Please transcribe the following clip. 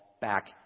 back